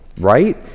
right